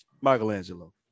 Michelangelo